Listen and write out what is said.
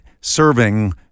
serving